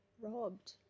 robbed